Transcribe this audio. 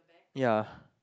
yeah